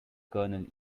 kernel